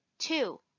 Two